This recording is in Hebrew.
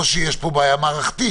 או שיש פה בעיה מערכתית.